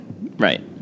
Right